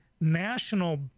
National